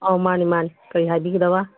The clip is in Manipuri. ꯑꯧ ꯃꯥꯅꯤ ꯃꯥꯅꯤ ꯀꯔꯤ ꯍꯥꯏꯕꯤꯒꯗꯕ